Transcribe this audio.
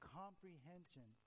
comprehension